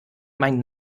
mein